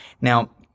now